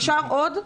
אפשר עוד משהו?